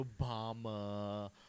Obama